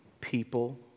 people